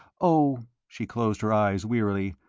oh, she closed her eyes wearily,